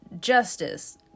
justice